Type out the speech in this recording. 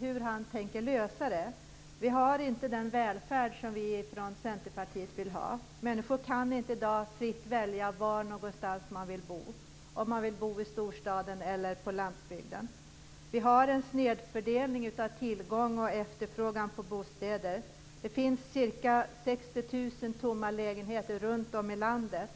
hur tänker han lösa dem? Den välfärd vi i Centerpartiet vill ha finns inte. Människor kan inte i dag fritt välja var de vill bo - i storstaden eller på landsbygden. Det råder en snedfördelning på tillgång och efterfrågan på bostäder. Det finns ca 60 000 tomma lägenheter runt om i landet.